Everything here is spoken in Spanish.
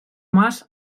más